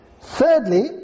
Thirdly